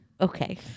Okay